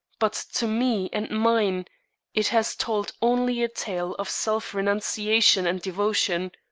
but to me and mine it has told only a tale of self-renunciation and devotion.